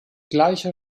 gleicher